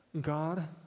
God